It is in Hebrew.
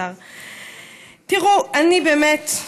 תראו, אני באמת,